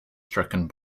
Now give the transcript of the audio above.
stricken